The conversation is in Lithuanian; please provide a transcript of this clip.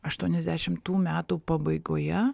aštuoniasdešimtų metų pabaigoje